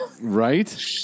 Right